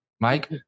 mike